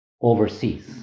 overseas